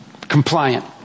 compliant